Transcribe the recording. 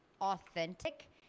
authentic